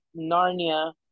Narnia